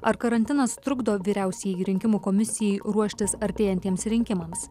ar karantinas trukdo vyriausiajai rinkimų komisijai ruoštis artėjantiems rinkimams